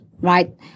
Right